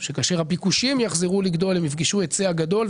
שכאשר הביקושים יחזרו לגדול הם יפגשו היצע גדול,